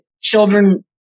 children